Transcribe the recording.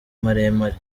maremare